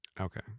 Okay